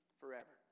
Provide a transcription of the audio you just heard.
forever